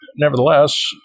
nevertheless